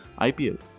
IPL